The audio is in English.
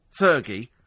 Fergie